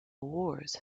wars